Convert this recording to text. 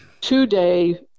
two-day